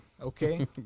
Okay